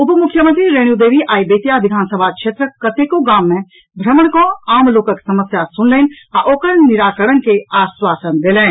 उप मुख्यमंत्री रेणु देवी आइ बेतिया विधानसभा क्षेत्रक कतेको गाम मे भ्रमण कऽ आम लोकक समस्या सुनलनि आ ओकर निराकरण के आश्वासन देलनि